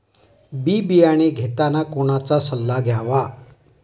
बी बियाणे घेताना कोणाचा सल्ला घ्यावा?